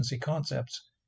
concepts